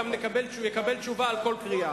והוא גם יקבל תשובה על כל קריאה.